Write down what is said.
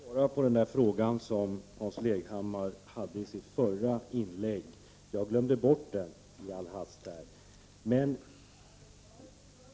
Herr talman! Jag skall svara på den fråga som Hans Leghammar ställde i sitt förra inlägg. I all hast glömde jag bort den.